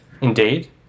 Indeed